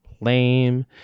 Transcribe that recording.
Lame